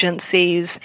agencies